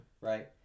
Right